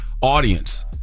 audience